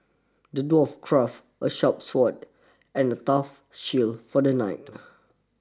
the dwarf crafted a sharp sword and a tough shield for the knight